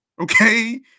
Okay